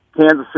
Kansas